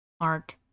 art